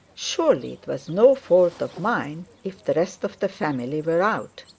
surely it was no fault of mine if the rest of the family were out